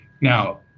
Now